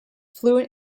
fluent